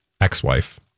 Ex-wife